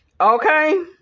Okay